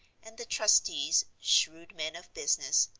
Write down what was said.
and the trustees, shrewd men of business,